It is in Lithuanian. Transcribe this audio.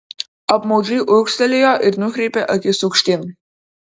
apmaudžiai urgztelėjo ir nukreipė akis aukštyn